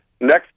Next